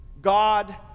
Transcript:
God